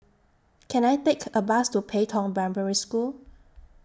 Can I Take A Bus to Pei Tong Primary School